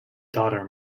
daughter